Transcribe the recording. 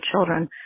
children